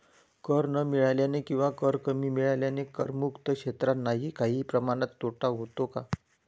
कर न मिळाल्याने किंवा कर कमी मिळाल्याने करमुक्त क्षेत्रांनाही काही प्रमाणात तोटा होतो का?